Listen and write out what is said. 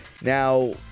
Now